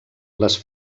les